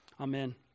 Amen